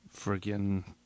Friggin